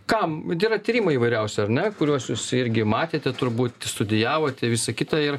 kam yra tyrimai įvairiausi ar ne kuriuos jūs irgi matėte turbūt studijavote visa kita ir